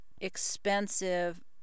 expensive